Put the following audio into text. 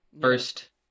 First